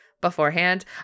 beforehand